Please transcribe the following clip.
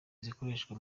zikorershwa